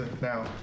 now